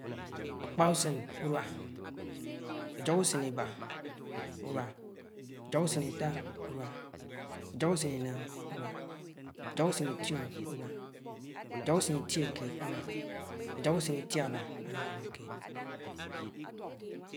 aupa usen unia, ajoho usen iba unia, ajoho usen ita unia, ajoho usen una unia, ajoh usen ition unia, ajoho usen itiokeeed unia, ajoho usen itiaba unia.